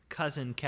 cousin